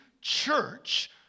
church